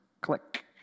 click